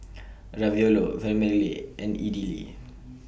Ravioli Vermicelli and Idili